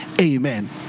amen